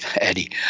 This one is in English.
Eddie